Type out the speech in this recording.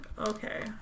Okay